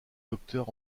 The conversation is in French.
docteur